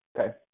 okay